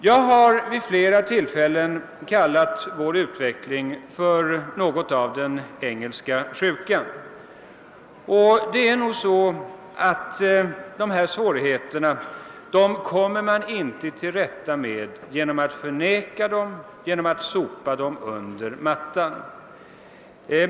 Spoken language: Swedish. Jag har vid flera tillfällen karaktäriserat utvecklingen här i landet som något av engelska sjukan, och vi kommer inte till rätta med svårigheterna genom att förneka dem eller genom att sopa dem under mattan.